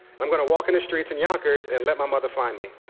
i'm going to walk in the streets in yonkers and let my mother find me.